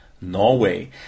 Norway